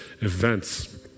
events